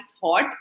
thought